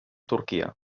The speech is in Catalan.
turquia